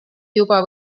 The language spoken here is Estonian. juba